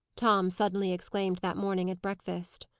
tom suddenly exclaimed that morning at breakfast.